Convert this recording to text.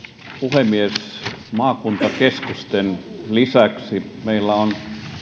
puhemies maakuntakeskusten lisäksi meillä on